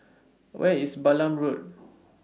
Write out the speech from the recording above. Where IS Balam Road